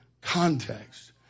context